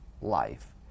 life